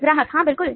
ग्राहक हाँ बिल्कुल